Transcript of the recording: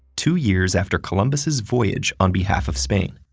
two years after columbus's voyage on behalf of spain.